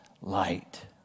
light